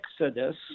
exodus